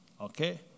Okay